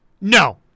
No